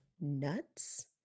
nuts